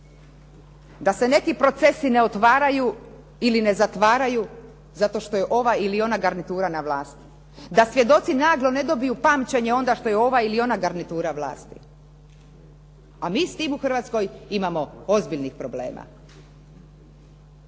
Da se neki procesi ne otvaraju ili ne zatvaraju zato što je ova ili ona garnitura na vlasti, da svjedoci naglo ne dobiju pamćenje onda što je ova ili ona garnitura na vlasti a mi s tim u Hrvatskoj imamo ozbiljnih problema.